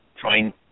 trying